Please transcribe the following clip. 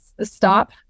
stop